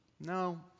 No